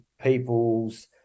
people's